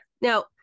Now